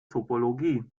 topologie